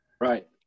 Right